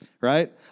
right